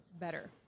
better